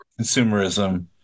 consumerism